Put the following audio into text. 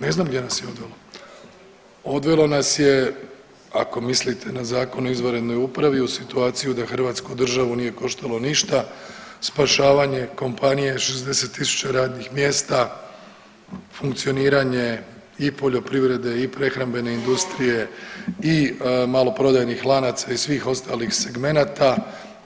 Ne znam gdje nas je odvelo, Odvelo nas je ako mislite na Zakon o izvanrednoj upravi u situaciju da Hrvatsku državu nije koštalo ništa, spašavanje kompanije 60.000 radnih mjesta, funkcioniranje i poljoprivrede i prehrambene industrije i maloprodajnih lanaca i svih ostalih segmenata